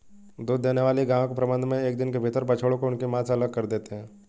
दूध देने वाली गायों के प्रबंधन मे एक दिन के भीतर बछड़ों को उनकी मां से अलग कर देते हैं